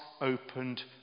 opened